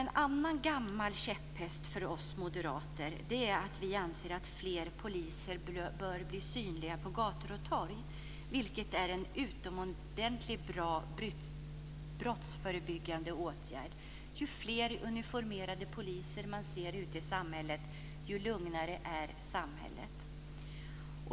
En gammal käpphäst för oss moderater är att fler poliser bör bli synliga på gator och torg, vilket är en utomordentligt bra brottsförebyggande åtgärd. Ju fler uniformerade poliser man ser ute i samhället, desto lugnare är samhället.